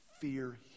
fear